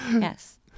Yes